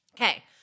Okay